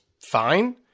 fine